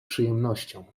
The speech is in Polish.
przyjemnością